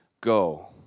go